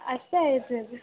ಅಷ್ಟೇ ಐತೆ ಅದು